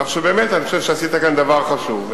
כך שבאמת אני חושב שעשית כאן דבר חשוב,